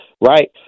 right